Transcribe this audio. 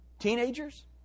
Teenagers